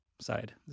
side